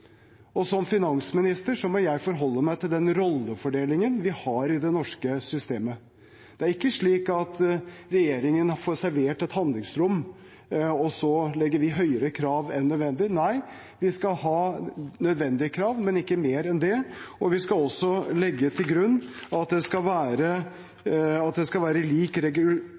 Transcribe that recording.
den rollefordelingen vi har i det norske systemet. Det er ikke slik at regjeringen får servert et handlingsrom, og så setter vi høyere krav enn nødvendig. Nei, vi skal ha nødvendige krav, men ikke mer enn det. Vi skal også legge til grunn at det skal være lik regulering av lik risiko. Men i denne konkrete saken mente jeg og Finansdepartementet at det